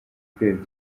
pierre